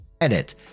Edit